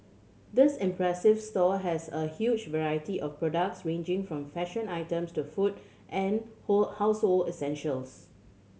this impressive store has a huge variety of products ranging from fashion items to food and hole household essentials